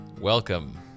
Welcome